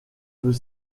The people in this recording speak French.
peut